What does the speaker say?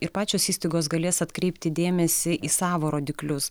ir pačios įstaigos galės atkreipti dėmesį į savo rodiklius